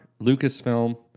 Lucasfilm